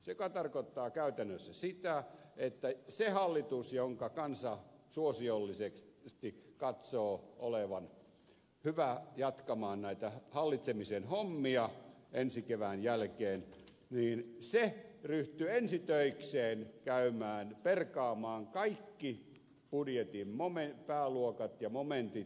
se tarkoittaa käytännössä sitä että se hallitus jonka kansa suosiollisesti katsoo olevan hyvä jatkamaan näitä hallitsemisen hommia ensi kevään jälkeen ryhtyy ensi töikseen perkaamaan kaikki budjetin pääluokat ja momentit